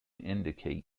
indicate